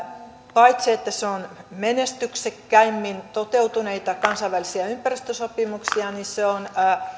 paitsi että se on menestyksekkäimmin toteutuneita kansainvälisiä ympäristösopimuksia